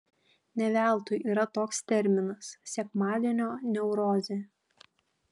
ne veltui yra toks terminas sekmadienio neurozė